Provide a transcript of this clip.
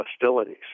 hostilities